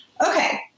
okay